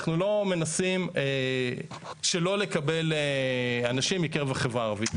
אנחנו לא מנסים שלא לקבל אנשים מקרב החברה הערבית.